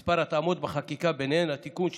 כמה התאמות בחקיקה, ובהן התיקון שלפניכם,